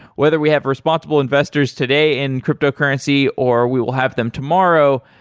whether we have responsible investors today in cryptocurrency, or we will have them tomorrow,